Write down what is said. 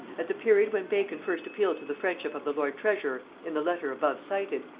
at the period when bacon first appealed to the friendship of the lord treasurer in the letter above cited,